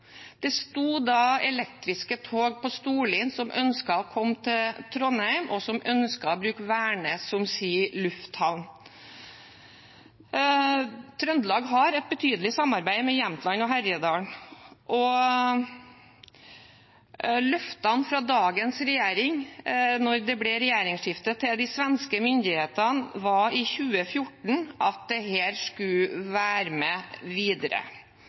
Det sto da elektriske tog på Storlien som ønsket å komme til Trondheim, og som ønsket å bruke Værnes som sin lufthavn. Trøndelag har et betydelig samarbeid med Jämtland og Härjedalen, og løftene fra dagens regjering – da det ble regjeringsskifte – til de svenske myndighetene var i 2014 at dette skulle være med videre.